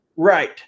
Right